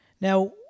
now